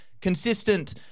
consistent